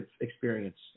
experience